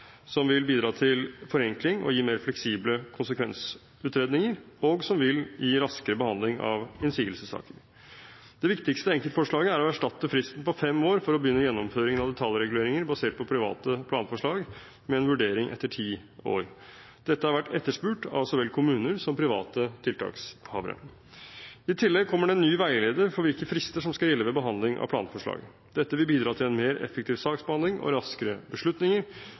som vil bidra til forenkling og gi mer fleksible konsekvensutredninger, og som vil gi raskere behandling av innsigelsessaker. Det viktigste enkeltforslaget er å erstatte fristen på fem år for å begynne gjennomføringen av detaljreguleringer basert på private planforslag med en vurdering etter ti år. Dette har vært etterspurt av så vel kommuner som private tiltakshavere. I tillegg kommer det en ny veileder for hvilke frister som skal gjelde ved behandling av planforslag. Dette vil bidra til en mer effektiv saksbehandling og raskere beslutninger,